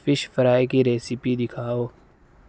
fish fry کی recipe دکھاؤ